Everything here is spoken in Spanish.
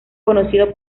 conocido